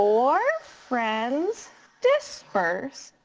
four friends disperse.